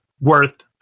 worth